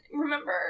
remember